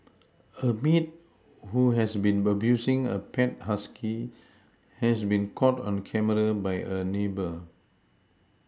a maid who has been abusing a pet husky has been caught on camera by a neighbour